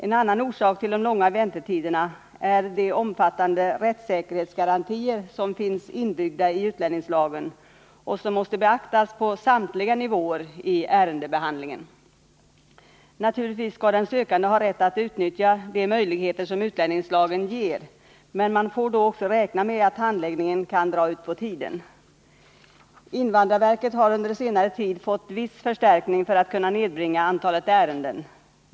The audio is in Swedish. En annan orsak till de långa väntetiderna är de omfattande rättssäkerhetsgarantier som finns inbyggda i utlänningslagen och som måste beaktas på samtliga nivåer i ärendebehandlingen. Naturligtvis skall den sökande ha rätt att utnyttja de möjligheter som utlänningslagen ger, men då får man också räkna med att handläggningen kan dra ut på tiden. Invandrarverket har under senare tid fått viss förstärkning för att kunna nedbringa antalet ärenden.